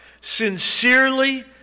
sincerely